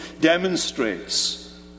demonstrates